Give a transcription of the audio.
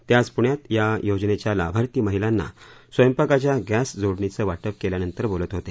ते आज पुण्यात या योजनेच्या लाभार्थी महिलांना स्वयंपाकाच्या गॅस जोडणीचं वाटप केल्यानंतर बोलत होते